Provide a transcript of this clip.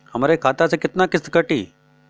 हमरे खाता से कितना किस्त कटी?